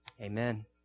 amen